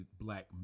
black